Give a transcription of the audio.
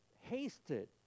hasted